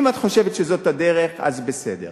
אם את חושבת שזו הדרך, אז בסדר.